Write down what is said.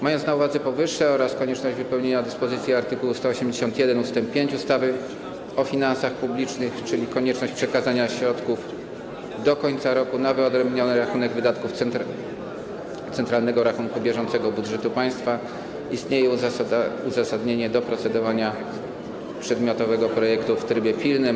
Mając na uwadze powyższe oraz konieczność wypełnienia dyspozycji art. 181 ust. 5 ustawy o finansach publicznych, czyli konieczność przekazania środków do końca roku na wyodrębniony rachunek wydatków centralnego rachunku bieżącego budżetu państwa, istnieje uzasadnienie procedowania przedmiotowego projektu w trybie pilnym.